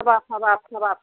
हाबाब हाबाब हाबाब